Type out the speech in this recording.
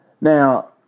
Now